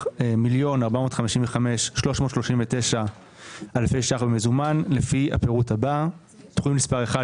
מיליון ו-455,399 אלפי שקלים במזמן לפי הפירוט הבא: תוכנית מספר 1,